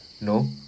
No